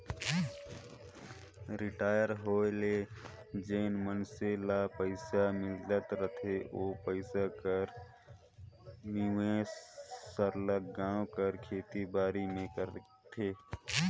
retire होए ले जेन मइनसे मन ल पइसा मिल रहथे ओ पइसा कर निवेस सरलग गाँव कर खेती बाड़ी में करथे